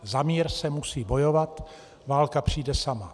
Za mír se musí bojovat, válka přijde sama.